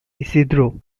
isidro